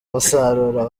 umusaruro